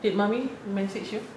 did mummy message you